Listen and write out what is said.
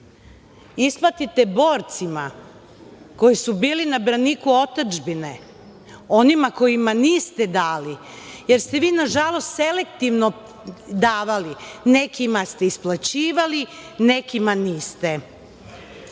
Isplatite borcima koji su bili na braniku otadžbine, onima kojima niste dali jer ste vi, na žalost, selektivno davali. Nekima ste isplaćivali, nekima niste. Nisam